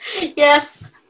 Yes